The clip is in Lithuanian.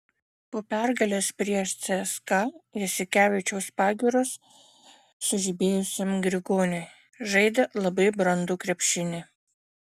po pergalės prieš cska jasikevičiaus pagyros sužibėjusiam grigoniui žaidė labai brandų krepšinį